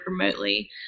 remotely